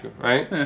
right